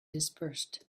dispersed